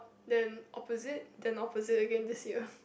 then opposite then opposite again this year